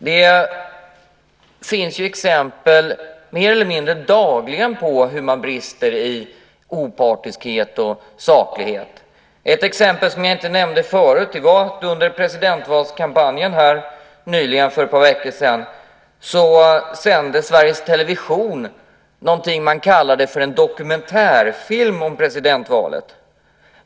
Det finns mer eller mindre dagligen exempel på hur man brister i opartiskhet och saklighet. Ett exempel som jag inte nämnde förut var att Sveriges Television under presidentvalskampanjen nyligen sände någonting som man kallade en dokumentärfilm om presidentvalet.